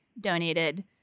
donated